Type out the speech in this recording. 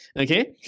Okay